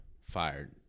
fired